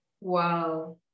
Wow